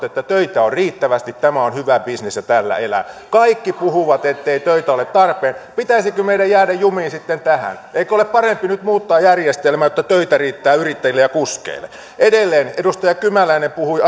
että töitä on riittävästi tämä on hyvä bisnes ja tällä elän kaikki puhuvat ettei töitä ole tarpeeksi pitäisikö meidän jäädä jumiin sitten tähän eikö ole parempi nyt muuttaa järjestelmää jotta töitä riittää yrittäjille ja kuskeille edelleen edustaja kymäläinen puhui